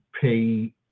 pay